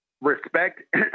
respect